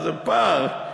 זה פר,